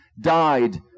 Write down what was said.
died